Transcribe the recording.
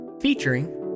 featuring